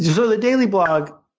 yeah so the daily blog